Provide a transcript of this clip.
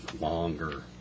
longer